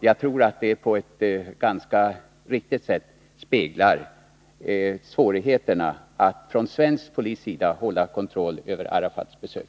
— Jag tror att det på ett ganska riktigt sätt speglar svårigheterna för svensk polis att hålla kontroll över Arafats besök.